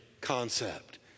concept